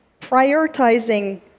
prioritizing